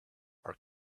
are